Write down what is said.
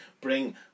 bring